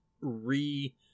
re